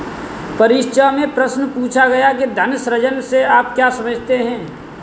परीक्षा में प्रश्न पूछा गया कि धन सृजन से आप क्या समझते हैं?